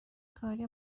کاری